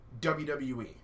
WWE